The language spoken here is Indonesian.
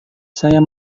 saya